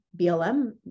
BLM